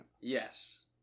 Yes